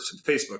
Facebook